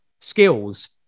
skills